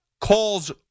calls